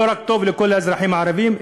לא רק טוב לכל האזרחים הערבים,